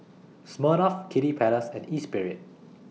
Smirnoff Kiddy Palace and Espirit